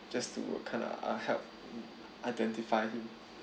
just to uh kind of help identify mm